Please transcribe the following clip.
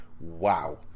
Wow